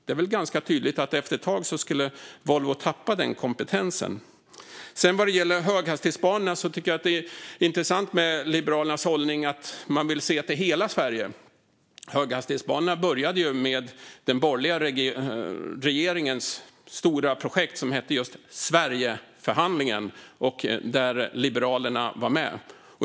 Det är väl ganska tydligt att Volvo efter ett tag skulle tappa den kompetensen. Vad sedan gäller höghastighetsbanorna tycker jag att det är intressant med Liberalernas hållning att man vill se till hela Sverige. Höghastighetsbanorna ingick ju först i den borgerliga regeringens stora projekt Sverigeförhandlingen, där Liberalerna var med.